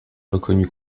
reconnu